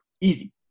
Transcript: Easy